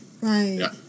right